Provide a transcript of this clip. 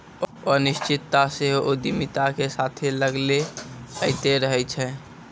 अनिश्चितता सेहो उद्यमिता के साथे लागले अयतें रहै छै